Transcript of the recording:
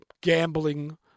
gambling